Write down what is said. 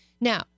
Now